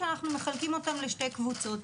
שאנחנו מחלקים אותם לשתי קבוצות.